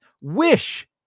wish